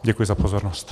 Děkuji za pozornost.